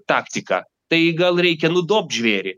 taktiką tai gal reikia nudobt žvėrį